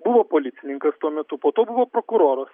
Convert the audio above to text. buvo policininkas tuo metu po to buvo prokuroras